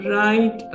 right